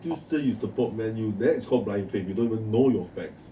still say you support man U that's called blind faith you don't even know your facts